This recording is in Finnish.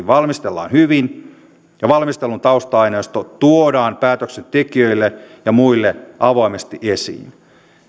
valmistellaan hyvin ja valmistelun tausta aineisto tuodaan päätöksentekijöille ja muille avoimesti esiin